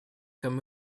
come